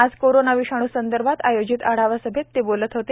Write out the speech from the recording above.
आज कोरोना विषाणू संदर्भात आयोजित आढावा सभेत ते बोलत होते